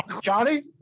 Johnny